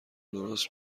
درست